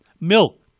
Milk